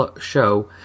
show